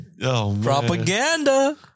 propaganda